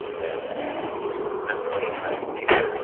and you ascertain the magical nature.